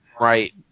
Right